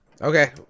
Okay